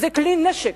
זה כלי נשק,